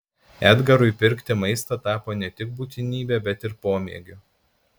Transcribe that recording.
edgarui pirkti maistą tapo ne tik būtinybe bet ir pomėgiu